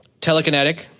Telekinetic